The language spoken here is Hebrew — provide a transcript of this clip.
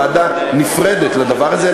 ועדה נפרדת לדבר הזה,